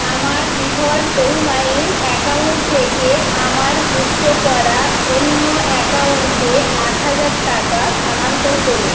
আমার ডিফল্ট পেউমানি অ্যাকাউন্ট থেকে আমার যুক্ত করা অন্য অ্যাকাউন্টে আট হাজার টাকা স্থানান্তর করুন